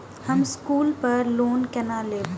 हम स्कूल पर लोन केना लैब?